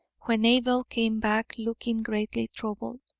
when abel came back looking greatly troubled.